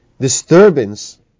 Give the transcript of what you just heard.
disturbance